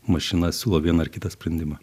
mašina siūlo vieną ar kitą sprendimą